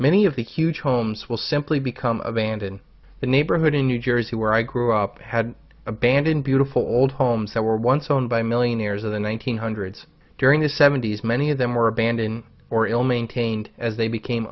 many of the huge homes will simply become abandoned the neighborhood in new jersey where i grew up had abandoned beautiful old homes that were once owned by millionaires of the one nine hundred during the seventy's many of them were abandon or ill maintained as they became